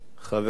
חברי,